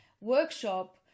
workshop